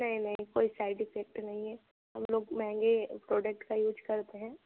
नहीं नहीं कोई साइड इफेक्ट नहीं है हम लोग महंगे प्रोडक्ट का यूज़ करते हैं